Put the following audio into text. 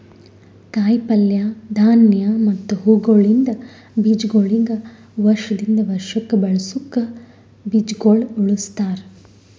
ಕಾಯಿ ಪಲ್ಯ, ಧಾನ್ಯ ಮತ್ತ ಹೂವುಗೊಳಿಂದ್ ಬೀಜಗೊಳಿಗ್ ವರ್ಷ ದಿಂದ್ ವರ್ಷಕ್ ಬಳಸುಕ್ ಬೀಜಗೊಳ್ ಉಳುಸ್ತಾರ್